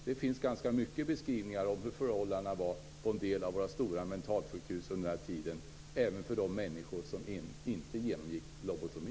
Det finns ganska många beskrivningar av hur förhållandena var på en del av våra stora mentalsjukhus på den tiden, även för de människor som inte genomgick lobotomi.